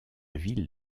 ville